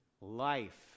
life